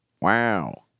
Wow